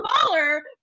Smaller